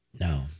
No